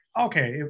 okay